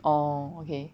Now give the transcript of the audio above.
orh okay